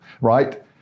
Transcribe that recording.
right